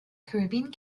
caribbean